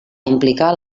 implicar